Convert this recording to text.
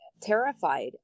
terrified